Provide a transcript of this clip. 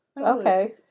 okay